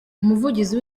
umuvugizi